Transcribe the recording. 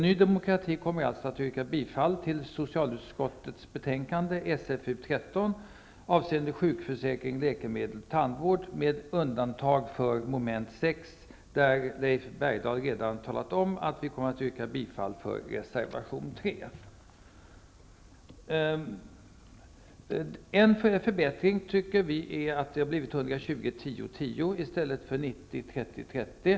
Ny demokrati kommer alltså att yrka bifall till hemställan i socialförsäkringsutskottets betänkande Leif Bergdahl redan talat om att vi kommer att yrka bifall till reservation 3. Vi tycker att det är en förbättring att det har blivit 120--10--10 i stället för 90--30--30.